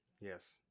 Yes